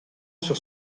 sur